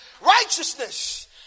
righteousness